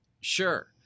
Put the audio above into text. Sure